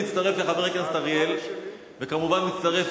אני מצטרף לחבר הכנסת אריאל וכמובן מצטרף